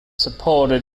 supported